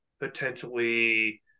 potentially